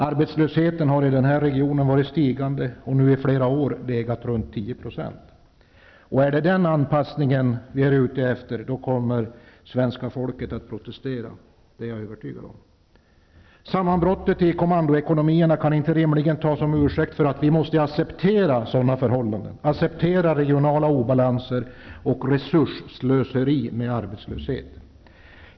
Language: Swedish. Arbetslösheten har varit stigande och i flera år legat runt 10 %. Är det en anpassning till detta som man är ute efter, är jag övertygad om att svenska folket kommer att protestera. Sammanbrottet i kommandoekonomierna kan inte rimligen tas som ursäkt för att vi måste acceptera regionala obalanser och arbetslöshetens resursslöseri.